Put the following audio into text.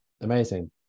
amazing